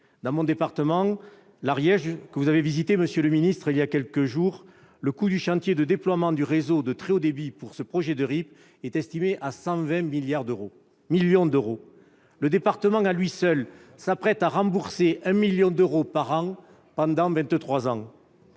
Dans mon département, l'Ariège, que vous avez visité il y a quelques jours, monsieur le secrétaire d'État, le coût du chantier de déploiement du réseau de très haut débit pour ce projet de RIP est estimé à 120 millions d'euros. Le département, à lui seul, s'apprête à rembourser 1 million d'euros par an pendant